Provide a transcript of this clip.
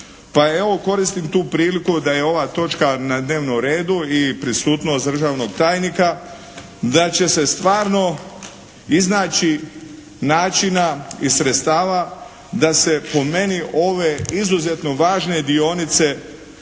koristim tu priliku da je ova točna na dnevnom redu i prisutnost državnog tajnika da će se stvarno iznaći načina i sredstava da se po meni ove izuzetno važne dionice cesta,